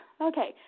Okay